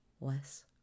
less